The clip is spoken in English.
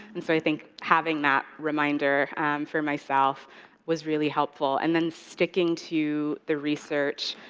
and so i think having that reminder for myself was really helpful, and then sticking to the research,